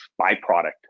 byproduct